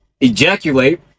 ejaculate